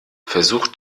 versucht